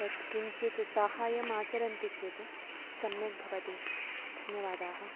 तत् किञ्चित् सहायमाचरन्ति चेत् सम्यग्भवति धन्यवादाः